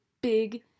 big